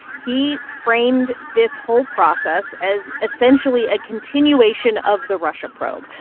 he framed this whole process as, essentially, a continuation of the russia probe,